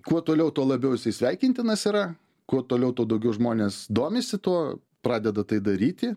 kuo toliau tuo labiau jisai sveikintinas yra kuo toliau tuo daugiau žmonės domisi tuo pradeda tai daryti